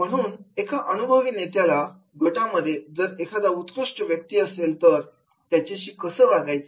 म्हणून एका अनुभवी नेत्याला गटामध्ये जर एखादा उत्कृष्ट व्यक्ती असेल तर त्याच्याशी कसं वागायचं